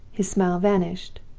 his smile vanished,